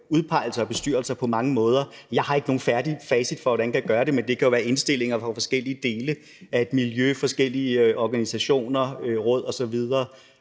udpegelser af bestyrelser på mange måder. Jeg har ikke noget færdigt facit for, hvordan man kan gøre det, men det kan jo være i form af indstillinger fra forskellige dele af et miljø, forskellige organisationer, råd osv.